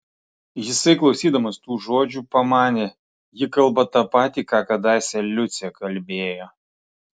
jisai klausydamas tų žodžių pamanė ji kalba ta patį ką kadaise liucė kalbėjo